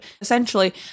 Essentially